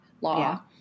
law